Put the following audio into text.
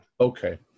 Okay